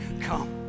come